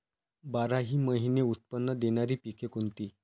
बाराही महिने उत्त्पन्न देणारी पिके कोणती?